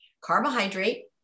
carbohydrate